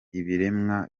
ibiremwa